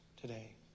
today